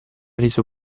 reso